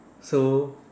so